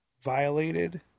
violated